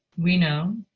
we know